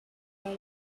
and